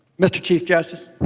mr. chief justice